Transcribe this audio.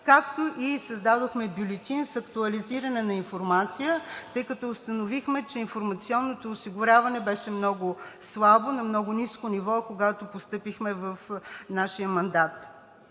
света. Създадохме бюлетин с актуализиране на информация, тъй като установихме, че информационното осигуряване беше много слабо, на много ниско ниво, когато постъпихме в нашия мандат.